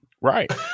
Right